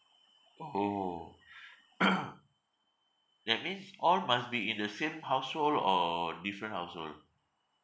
orh that means all must be in the same household or different household